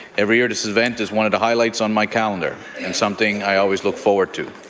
every year, this event is one of the highlights on my calendar and something i always look forward to.